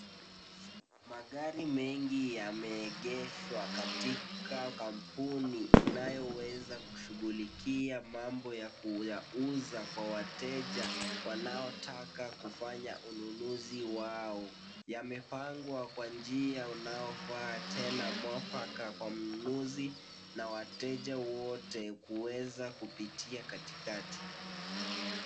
Magari mengi yameegeshwa katika kampuni inayoweza kushughulikia mambo ya kuyauza kwa wateja wanaotaka kufanya ununuzi wao, yamepangwa kwa njia unaofaa tena mwafaka kwa mnunuzi na wateja wote kuweza kupitia katikati.